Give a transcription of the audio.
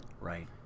Right